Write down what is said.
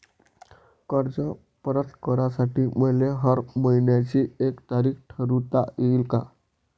कर्ज परत करासाठी मले हर मइन्याची एक तारीख ठरुता येईन का?